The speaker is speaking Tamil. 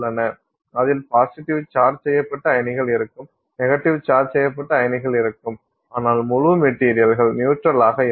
அதில் பாசிட்டிவ் சார்ஜ் செய்யப்பட்ட அயனிகள் இருக்கும் நெகட்டிவ் சார்ஜ் செய்யப்பட்ட அயனிகள் இருக்கும் ஆனால் முழு மெட்டீரியல்கள் நியூட்ரல் ஆக இருக்கும்